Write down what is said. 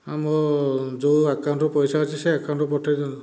ଆଉ ମୋ' ଯେଉଁ ଆକାଉଣ୍ଟରେ ପଇସା ଅଛି ସେଇ ଆକାଉଣ୍ଟକୁ ପଠେଇ ଦିଅନ୍ତୁ